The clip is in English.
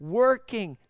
working